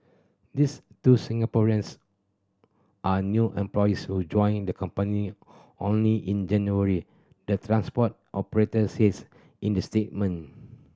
this two Singaporeans are new employees who joined the company only in January the transport operator says in the statement